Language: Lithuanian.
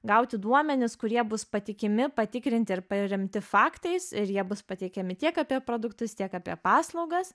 gauti duomenis kurie bus patikimi patikrinti ir paremti faktais ir jie bus pateikiami tiek apie produktus tiek apie paslaugas